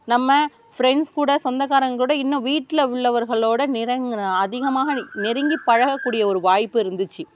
நம்ம ஃப்ரெண்ட்ஸ் கூட சொந்தக்காரங்க கூட இன்னும் வீட்டில் உள்ளவர்களோடு நெருங் அதிகமாக நெருங்கி பழகக்கூடிய ஒரு வாய்ப்பு இருந்துச்சு